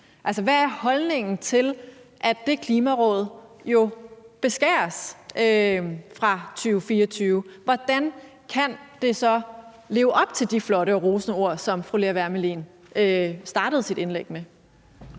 hvad er holdningen til, at det Klimaråd jo beskæres fra 2024? Hvordan kan det så leve op til de flotte og rosende ord, som fru Lea Wermelin startede sit indlæg med?